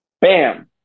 bam